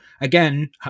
again